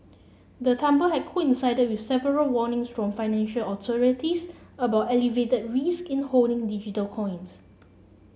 the tumble had coincided you several warnings from financial authorities about elevated risk in holding digital coins